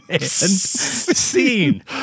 Scene